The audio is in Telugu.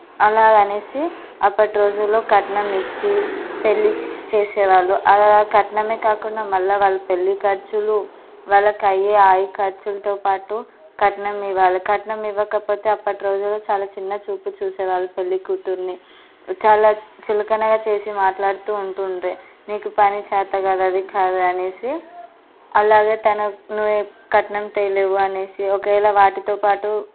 అలాగా అనేసి అప్పటి రోజుల్లో కట్నం ఇచ్చి పెళ్ళి చేసేవాళ్ళు అలా కట్నమే కాకుండా మళ్ళీ వాళ్ళ పెళ్ళి ఖర్చులు వాళ్ళకి అయ్యే అవి ఖర్చులతో పాటు కట్నం ఇవ్వాలి కట్నం ఇవ్వకపోతే అప్పటి రోజుల్లో చాలా చిన్న చూపు చూసేవాళ్ళు పెళ్ళి కూతురిని చాలా చులకనగా చేసి మాట్లాడుతూ ఉండేది నీకు పని చేత కాదు అది కాదు అనేసి అలాగే తను నువ్వు కట్నం తేలేవు అనేసి ఒకవేళ వాటితో పాటు